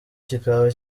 kikaba